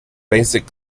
basic